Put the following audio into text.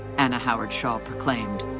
anna howard shaw proclaimed,